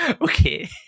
Okay